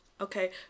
Okay